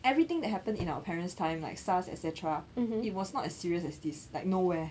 everything that happened in our parent's time like SARS etcetera it was not as serious as this like nowhere